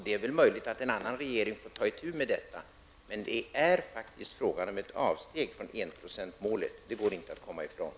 Det är väl möjligt att en annan regering får ta itu med detta, men det går inte att komma ifrån att det faktiskt är fråga om ett avsteg från enprocentsmålet.